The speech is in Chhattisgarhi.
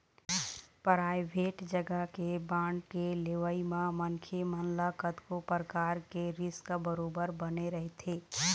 पराइबेट जघा के बांड के लेवई म मनखे मन ल कतको परकार के रिस्क बरोबर बने रहिथे